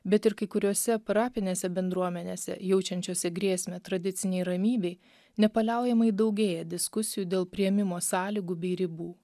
bet ir kai kuriose parapinėse bendruomenėse jaučiančiose grėsmę tradicinei ramybei nepaliaujamai daugėja diskusijų dėl priėmimo sąlygų bei ribų